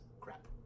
Crap